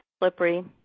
slippery